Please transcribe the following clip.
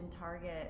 Target